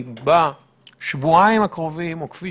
בדיוק.